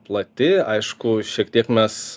plati aišku šiek tiek mes